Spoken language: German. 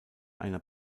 einer